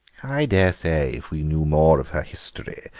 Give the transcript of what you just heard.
i daresay, if we knew more of her history,